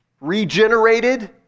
regenerated